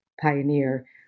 pioneer